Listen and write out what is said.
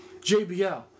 JBL